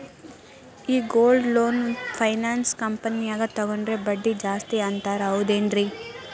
ಈ gold loan finance ಕಂಪನ್ಯಾಗ ತಗೊಂಡ್ರೆ ಬಡ್ಡಿ ಜಾಸ್ತಿ ಅಂತಾರ ಹೌದೇನ್ರಿ?